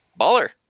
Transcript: baller